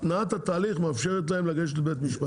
התנעת התהליך מאפשרת להם לגשת לבית משפט.